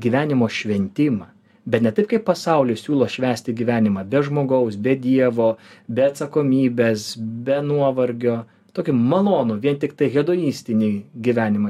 gyvenimo šventimą bet ne taip kaip pasaulis siūlo švęsti gyvenimą be žmogaus be dievo be atsakomybės be nuovargio tokį malonų vien tiktai hedonistinį gyvenimą